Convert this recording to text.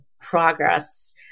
progress